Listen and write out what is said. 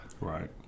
right